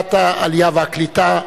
שרת העלייה והקליטה,